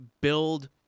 build